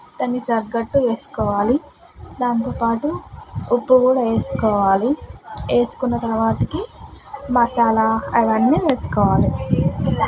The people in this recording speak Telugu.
దానికి తగ్గట్టు వేసుకోవాలి దాంతోపాటు ఉప్పు కూడా వేసుకోవాలి వేసుకున్న తర్వాత మసాలా అవన్నీ వేసుకోవాలి